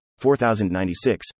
4096